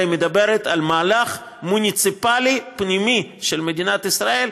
היא מדברת על מהלך מוניציפלי פנימי של מדינת ישראל,